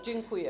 Dziękuję.